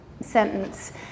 sentence